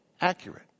accurate